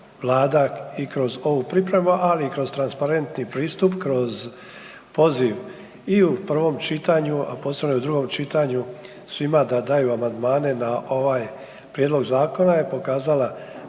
i kroz ovu pripremu, ali i kroz transparentni pristup, kroz poziv i u prvom čitanju, a posebno i u drugom čitanju, svima da daju amandmane na ovaj prijedlog zakona je pokazala